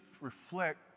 reflect